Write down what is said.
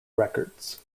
records